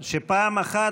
שפעם אחת,